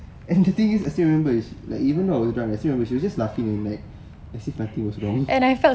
and the thing is I still remembers sh~ like even !duh! I was still drunk she was just laughing like I say nothing was wrong